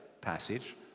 passage